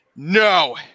no